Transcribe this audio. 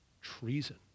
treason